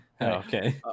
Okay